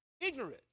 ignorant